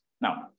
Now